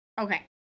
Okay